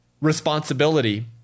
responsibility